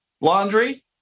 laundry